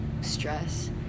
stress